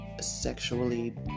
sexually